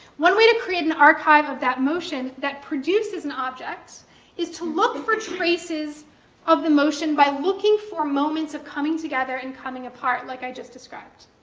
one way to create an archive of that motion that produces an object is to look for traces of the motion by looking for moments of coming together and coming apart like i just described.